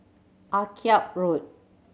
Akyab Road